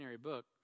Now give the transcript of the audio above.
book